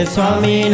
Swami